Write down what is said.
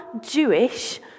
Jewish